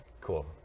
Cool